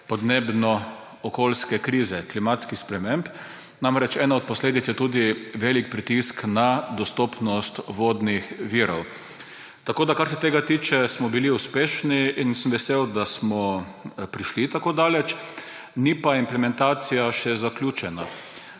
podnebno-okoljske krize, klimatskih sprememb. Ena od posledic je namreč tudi velik pritisk na dostopnost vodnih virov. Kar se tega tiče, smo bili uspešni in sem vesel, da smo prišli tako daleč, implementacija pa še ni zaključena.